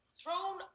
thrown